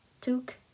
took